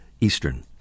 Eastern